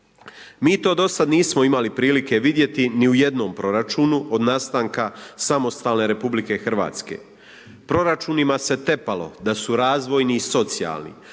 Mi to dosad nismo imali prilike vidjeti ni u jednom proračunu od nastanka samostalne RH. Proračunima se tepalo da su razvojni i socijalni,